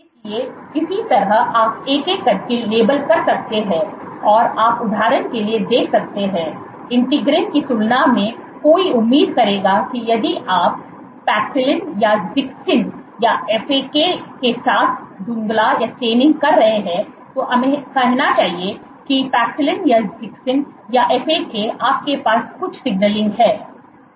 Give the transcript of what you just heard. इसलिए इसी तरह आप एक एक करके लेबल कर सकते हैं और आप उदाहरण के लिए देख सकते हैं इंटीग्रीन की तुलना में कोई उम्मीद करेगा कि यदि आप पैक्सिलिन या Zixin या FAK के साथ धुंधला कर रहे हैं तो हमें कहना चाहिए कि पैक्सिलिन या Zixin या FAK आपके पास कुछ सिगनलिंग है